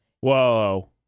Whoa